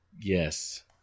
Yes